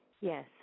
yes